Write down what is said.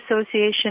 Association